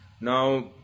Now